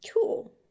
Cool